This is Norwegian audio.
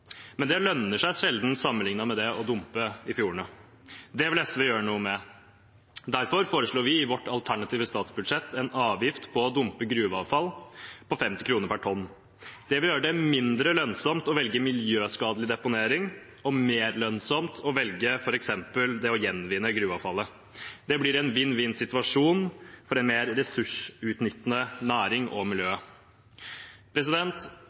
Men det lønner seg sjelden, sammenlignet med det å dumpe i fjordene. Det vil SV gjøre noe med. Derfor foreslår vi i vårt alternative statsbudsjett en avgift på å dumpe gruveavfall på 50 kr per tonn. Det vil gjøre det mindre lønnsomt å velge miljøskadelig deponering og mer lønnsomt å velge f.eks. det å gjenvinne gruveavfallet. Det blir en vinn-vinn-situasjon for en mer ressursutnyttende næring og